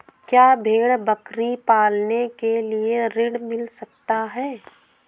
क्या भेड़ बकरी पालने के लिए ऋण मिल सकता है?